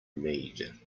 need